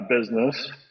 business